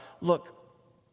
Look